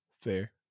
Fair